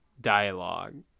dialogue